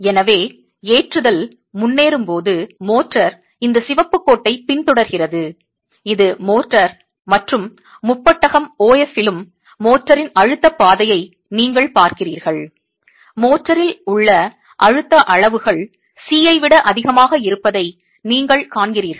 எனவே ஏற்றுதல் முன்னேறும் போது மோர்டார் இந்த சிவப்புக் கோட்டைப் பின்தொடர்கிறது இது மோர்டார் மற்றும் முப்பட்டகம் O F இலும் மோர்டாரின் அழுத்த பாதையை நீங்கள் பார்க்கிறீர்கள் மோர்டாரில் உள்ள அழுத்த அளவுகள் C ஐ விட அதிகமாக இருப்பதை நீங்கள் காண்கிறீர்கள்